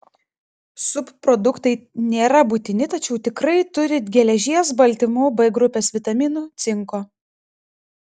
subproduktai nėra būtini tačiau tikrai turi geležies baltymų b grupės vitaminų cinko